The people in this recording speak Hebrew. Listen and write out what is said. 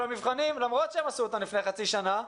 המבחנים למרות שהם עשו אותם לפני חצי שנה,